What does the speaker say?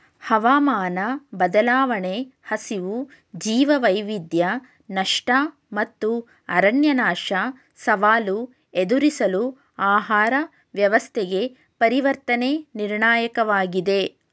ಹವಾಮಾನ ಬದಲಾವಣೆ ಹಸಿವು ಜೀವವೈವಿಧ್ಯ ನಷ್ಟ ಮತ್ತು ಅರಣ್ಯನಾಶ ಸವಾಲು ಎದುರಿಸಲು ಆಹಾರ ವ್ಯವಸ್ಥೆಗೆ ಪರಿವರ್ತನೆ ನಿರ್ಣಾಯಕವಾಗಿದೆ